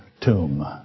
tomb